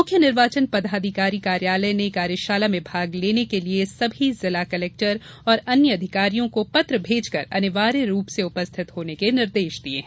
मुख्य निर्वाचन पदाधिकारी कार्यालय ने कार्यशाला में भाग लेने के सभी समस्त जिला कलेक्टर और अन्य अधिकारियों को पत्र भेजकर अनिवार्य रूप से उपस्थित होने के निर्देश दिये है